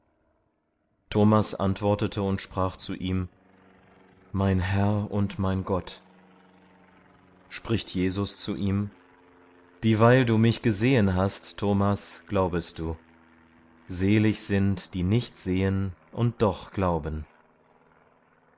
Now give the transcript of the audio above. thomas antwortete und sprach zu ihm mein herr und mein gott spricht jesus zu ihm dieweil du mich gesehen hast thomas glaubest du selig sind die nicht sehen und doch glauben